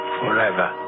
forever